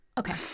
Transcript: Okay